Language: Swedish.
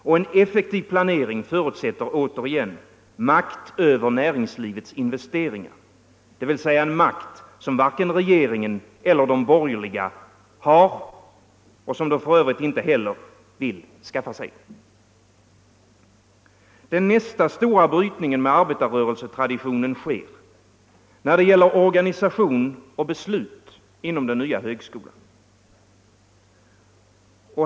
Och en effektiv planering förutsätter återigen makt över näringslivets investeringar — dvs. en makt som varken regeringen eller de borgerliga har, och som de f.ö. inte heller vill skaffa sig. Nästa stora brytning med arbetarrörelsetraditionen sker när det gäller organisation och beslut inom den nya högskolan.